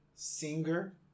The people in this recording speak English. Singer